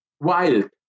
wild